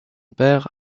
père